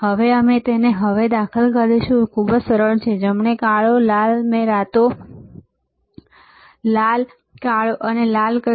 હવે અમે તેને હવે દાખલ કરીશું તે ખૂબ જ સરળ છે જમણે કાળો અને લાલ મેં કાળો અને લાલ કહ્યું